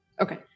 okay